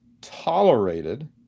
tolerated